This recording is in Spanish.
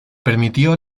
permitió